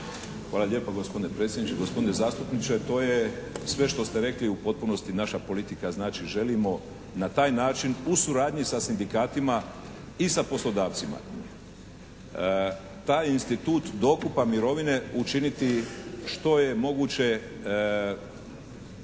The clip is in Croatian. Hvala lijepa gospodine predsjedniče. Gospodine zastupniče to je sve što ste rekli u potpunosti naša politika. Znači želimo na taj način u suradnji sa sindikatima i sa poslodavcima taj institut dokupa mirovine učiniti što je moguće